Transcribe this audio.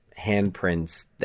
handprints